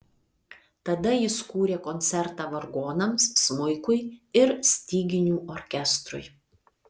tada jis kūrė koncertą vargonams smuikui ir styginių orkestrui